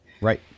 Right